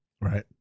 Right